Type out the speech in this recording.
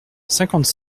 cinquante